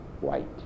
white